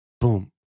boom